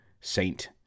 Saint